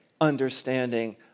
understanding